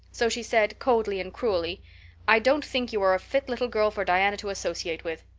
so she said, coldly and cruelly i don't think you are a fit little girl for diana to associate with.